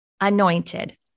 anointed